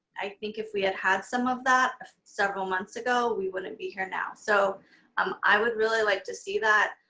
i think if we had had some of that several months ago, we wouldn't be here now. so um i would really like to see that.